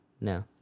No